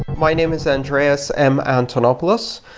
my name is andreas m antonopoulos.